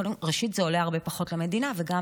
ראשית, זה עולה הרבה פחות למדינה, וגם